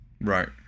Right